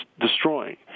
destroying